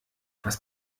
was